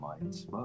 minds